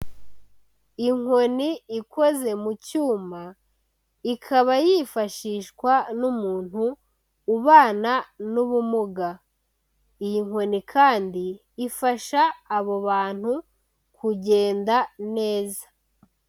Inkoni ikoze mu cyuma, ikaba yifashishwa n'umuntu ubana n'ubumuga, iyi nkoni kandi ifasha abo bantu kugenda neza.